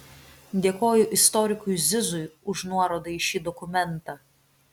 dėkoju istorikui zizui už nuorodą į šį dokumentą